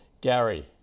gary